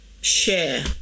share